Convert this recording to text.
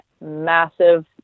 massive